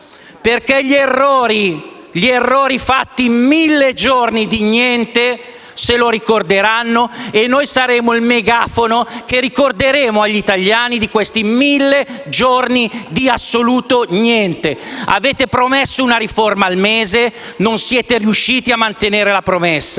perché gli errori fatti in mille giorni di niente gli italiani se li ricorderanno e noi saremo il megafono che ricorderà loro di questi mille giorni di assoluto niente. Avete promesso una riforma al mese e non siete riusciti a mantenere la promessa.